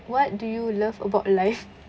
what do you love about life